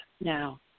now